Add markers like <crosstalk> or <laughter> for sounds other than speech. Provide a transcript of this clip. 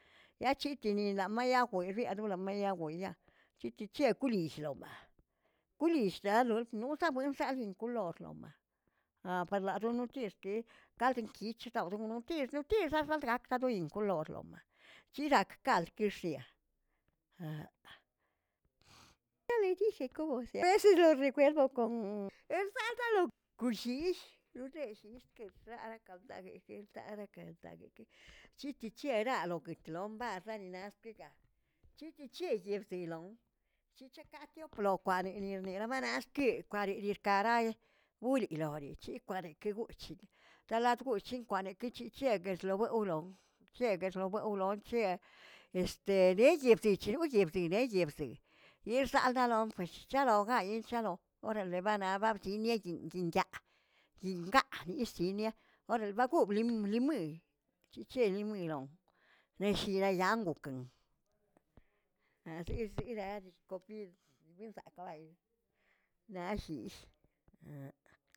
Yaac̱hi tinilaꞌamaꞌyagweꞌ riarolameyarguweꞌya chitichiꞌe kulillilomaꞌa, kulill llial nool nuuza'a buenzaꞌl lin kolor lomaꞌ, aaperla yonotxlke kaꞌldinkichdaw dono wtirs wtirsxaxalsgak kadoyin kolorlomaꞌ, chirakꞌ kalkixiya, <hesitation> <hesitation> <unintelligible> kushiish lo de llyishke raraꞌkamerill rarakaldeshill chikichieraꞌ loketlombarinarkiga, chikichierguilom, chicherkati plokwaninirnie namaꞌrarki kwarerirkaraꞌy wliꞌlori chirkwa rekegoolchii taladgoolchinkwaꞌneke chichiegueꞌzlobowroꞌo, chiegueꞌzlobowroꞌo chie este deyebteche wyebteneꞌyebze yixabldalon ps chalaogayi chalo'o, orale ba nab ba bdinie yin yinꞌ yaa yinꞌ gaꞌa, ni yischiniaꞌ oral ba gob lim limuen, chichel limuelaoꞌ deshirenrangokən asiserar gokin bi zensaꞌn kabal naꞌa ashish. <hesitation>